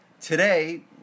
today